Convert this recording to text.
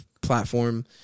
platform